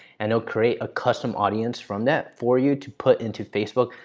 and they'll create a custom audience from that for you to put into facebook.